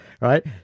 Right